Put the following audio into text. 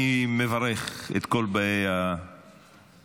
אני מברך את כל באי המליאה,